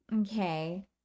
okay